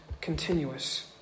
continuous